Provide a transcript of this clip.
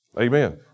Amen